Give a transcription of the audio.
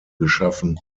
geschaffen